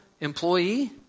employee